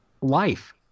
life